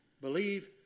believe